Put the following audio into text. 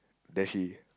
that she